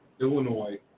Illinois